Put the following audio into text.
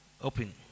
Open